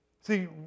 see